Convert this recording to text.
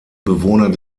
bewohner